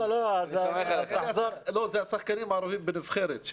לא, זה השחקנים הערבים בנבחרת.